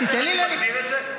את יודעת איך אני מגדיר את זה?